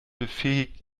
befähigt